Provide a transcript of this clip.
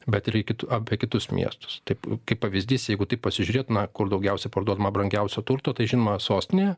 bet ir į kitu apie kitus miestus taip kaip pavysdys jeigu taip pasižiūrėt na kur daugiausiai parduodama brangiausio turto tai žinoma sostinėje